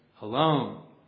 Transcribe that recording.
alone